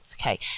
okay